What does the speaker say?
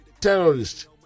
terrorists